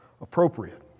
appropriate